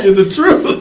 the truth. but